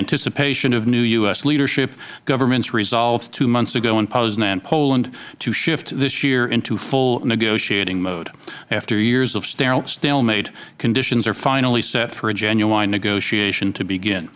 anticipation of new u s leadership governments resolved two months ago in poznan poland to shift this year into full negotiating mode after years of stalemate conditions are finally set for genuine negotiation to begin